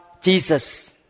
Jesus